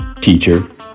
teacher